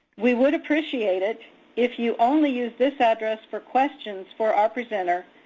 we would appreciate it if you only use this address for questions for our presenter,